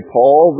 Paul